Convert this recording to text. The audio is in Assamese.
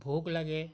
ভোক লাগে